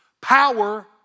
power